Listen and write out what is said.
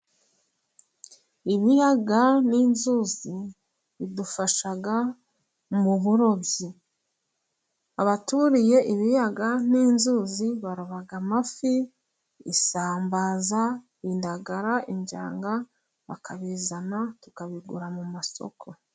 Ibiyaga n'inzuzi bidufasha mu burobyi. Abaturiye ibiyaga n'inzuzi baroba amafi, isambaza, indagara, injanga, bakabizana tukabigura mu masoko.